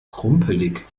krumpelig